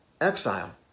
exile